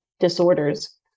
disorders